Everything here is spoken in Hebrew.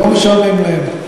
לא משעמם להם.